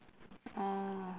orh